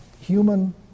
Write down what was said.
human